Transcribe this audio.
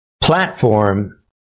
platform